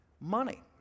Money